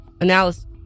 Analysis